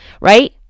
Right